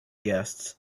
guests